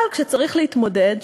אבל כשצריך להתמודד,